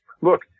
look